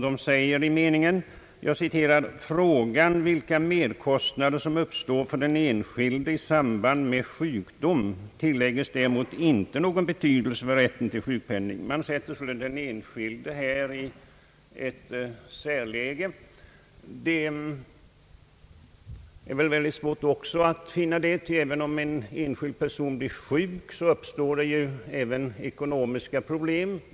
De säger: »Frågan vilka merkostnader som uppstår för den enskilde i samband med sjukdom tillägges däremot inte någon betydelse för rätten till sjukpenning.» Man ger här således den enskilde en särställning. Det är mycket svårt att finna detta berättigat. Om en enskild person blir sjuk, uppstår även ekonomiska problem.